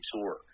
Tour